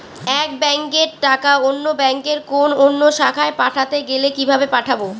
এক ব্যাংকের টাকা অন্য ব্যাংকের কোন অন্য শাখায় পাঠাতে গেলে কিভাবে পাঠাবো?